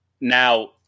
now